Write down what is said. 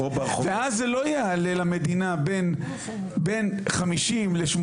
ואז זה לא יעלה למדינה בין 50-80,